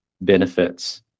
benefits